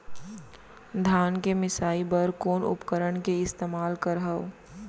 धान के मिसाई बर कोन उपकरण के इस्तेमाल करहव?